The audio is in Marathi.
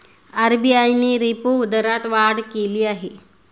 आर.बी.आय ने रेपो दरात वाढ केली आहे